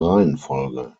reihenfolge